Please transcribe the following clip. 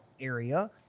area